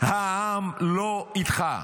העם לא איתך.